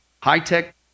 High-tech